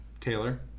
Taylor